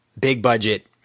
big-budget